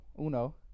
uno